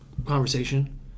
conversation